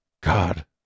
God